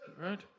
right